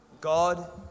God